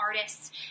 artists